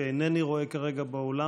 שאיני רואה כרגע באולם,